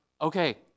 okay